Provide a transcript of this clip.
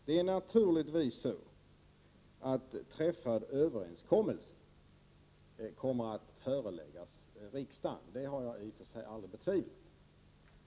Det är naturligvis så, att en träffad överenskommelse kommer att föreläggas riksdagen — det har jag aldrig betvivlat.